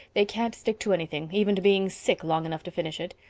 they can't stick to anything, even to being sick, long enough to finish it.